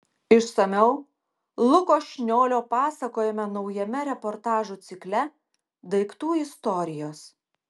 išsamiau luko šniolio pasakojime naujame reportažų cikle daiktų istorijos